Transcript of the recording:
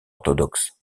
orthodoxe